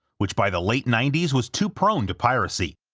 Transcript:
which by the late ninety s was too prone to piracy.